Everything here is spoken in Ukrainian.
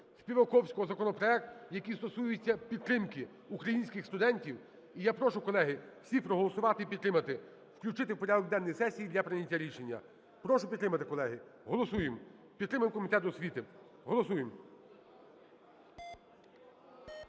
Співаковського законопроект, який стосується підтримки українських студентів. І я прошу, колеги, всіх проголосувати і підтримати, включити в порядок денний сесії для прийняття рішення. Прошу підтримати, колеги. Голосуємо. Підтримуємо Комітет освіти. Голосуємо.